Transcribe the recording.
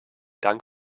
dank